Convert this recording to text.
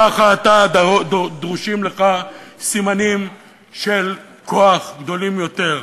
ככה דרושים לך סימנים של כוח גדולים יותר.